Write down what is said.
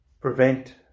prevent